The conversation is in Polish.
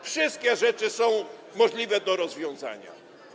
Wszystkie problemy są możliwe do rozwiązania.